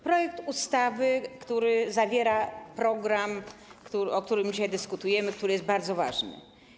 Projekt ustawy zawiera program, o którym dzisiaj dyskutujemy, który jest bardzo ważny.